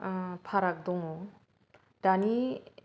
फाराग दङ दानि